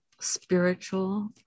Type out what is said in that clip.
spiritual